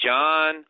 John